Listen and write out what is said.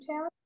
town